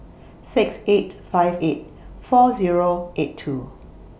six eight five eight four Zero eight two